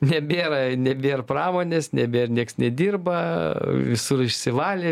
nebėra nebėr pramonės nebėr nieks nedirba visur išsivalė